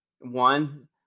one